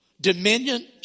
dominion